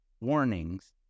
warnings